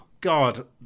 God